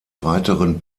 weiteren